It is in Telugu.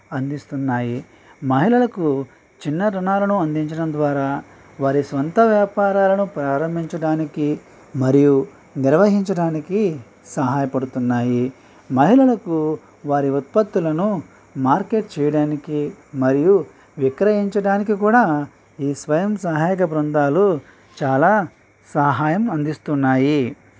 అందిస్తున్నాయి మహిళలకు చిన్న రుణాలను అందించడం ద్వారా వారి సొంత వ్యాపారాలను ప్రారంభించడానికి మరియు నిర్వహించడానికి సహాయపడుతున్నాయి మహిళలకు వారి ఉత్పత్తులను మార్కెట్ చేయడానికి మరియు విక్రయించడానికి కూడా ఈ స్వయం సహాయక బృందాలు చాలా సహాయం అందిస్తున్నాయి